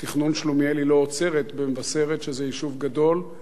בתכנון שלומיאלי היא לא עוצרת במבשרת שהיא יישוב גדול.